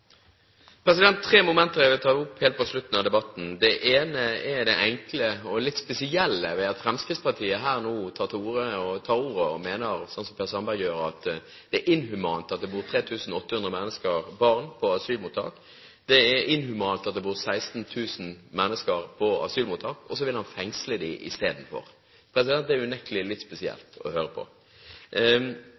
Tre momenter vil jeg ta opp helt på slutten av debatten. Det ene er det enkle og litt spesielle ved at Fremskrittspartiet nå tar til orde for, slik som Per Sandberg gjør, at det er «inhumant» at det bor 3 800 barn i asylmottak. Det er «inhumant» at det bor 16 000 mennesker i asylmottak, og så vil han fengsle dem i stedet – ved å putte dem i lukkede mottak. Det er unektelig litt spesielt å høre på